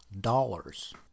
dollars